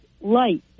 light